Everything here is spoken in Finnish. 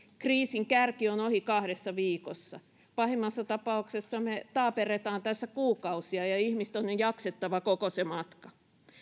kriisin kärki on ohi kahdessa viikossa pahimmassa tapauksessa me taaperramme tässä kuukausia ja ihmisten on jaksettava koko se matka